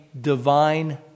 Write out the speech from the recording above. divine